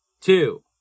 two